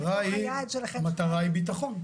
המטרה היא ביטחון.